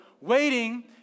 waiting